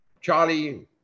Charlie